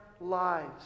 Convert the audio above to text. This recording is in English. lives